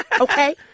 Okay